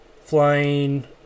flying